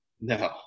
No